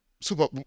super